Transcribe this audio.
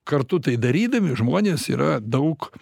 kartu tai darydami žmonės yra daug